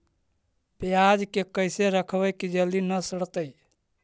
पयाज के कैसे रखबै कि जल्दी न सड़तै?